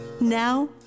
Now